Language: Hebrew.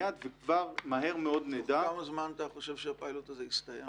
וכבר מהר מאוד נדע --- תוך כמה זמן אתה חושב שהפיילוט הזה יסתיים?